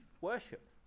worship